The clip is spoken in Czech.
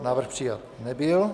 Návrh přijat nebyl.